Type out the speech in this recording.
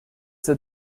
that